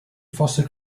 foster